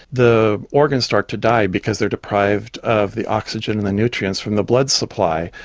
the organs start to die because they are deprived of the oxygen and the nutrients from the blood supply,